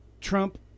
Trump